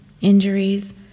injuries